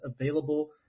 available